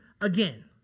again